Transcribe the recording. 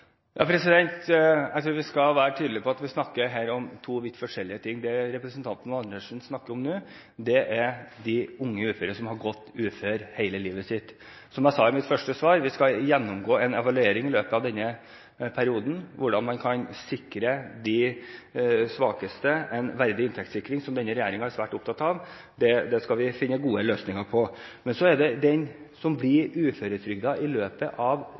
Jeg tror vi skal være tydelige på at vi her snakker om to vidt forskjellige ting. Det som representanten Andersen snakker om nå, er de unge uføre, som har gått uføre hele livet sitt. Som jeg sa i mitt første svar: Vi skal gjennomføre en evaluering i løpet av denne perioden og se på hvordan man kan sikre de svakeste en verdig inntekt, som denne regjeringen er svært opptatt av. Det skal vi finne gode løsninger på. Men de tilfellene jeg snakker om her, er de som blir uføretrygdede etter at de har vært i